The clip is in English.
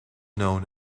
known